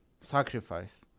sacrifice